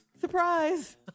Surprise